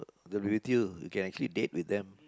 the beauty of you can actually date with them